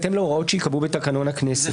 בהתאם להוראות שייקבעו בתקנון הכנסת.